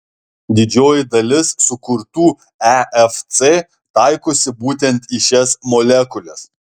didžioji dalis sukurtų efc taikosi būtent į šias molekules